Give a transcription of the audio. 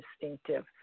distinctive